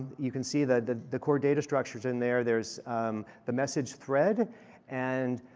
you can see the the core data structures in there. there's the message thread and